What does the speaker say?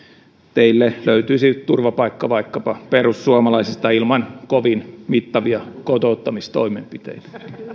teille löytyisi turvapaikka vaikkapa perussuomalaisista ilman kovin mittavia kotouttamistoimenpiteitä